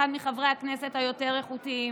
אחד מחברי הכנסת היותר-איכותיים.